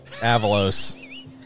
Avalos